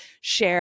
share